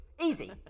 easy